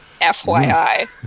FYI